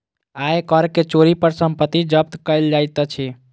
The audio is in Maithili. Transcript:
आय कर के चोरी पर संपत्ति जब्त कएल जाइत अछि